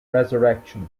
resurrection